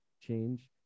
change